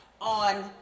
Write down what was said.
on